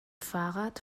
fahrrad